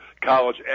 college